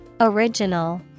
Original